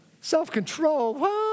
Self-control